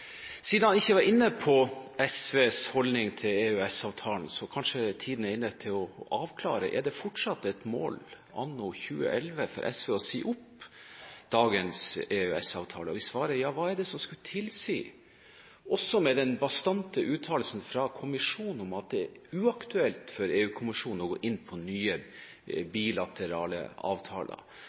Siden han ikke var inne på SVs holdning til EØS-avtalen, så er kanskje tiden inne til å avklare: Er det fortsatt et mål anno 2011 for SV å si opp dagens EØS-avtale? Hvis svaret er ja: Hva er det som skulle tilsi – med den bastante uttalelsen fra kommisjonen om at det er uaktuelt for EU-kommisjonen å gå inn på nye bilaterale avtaler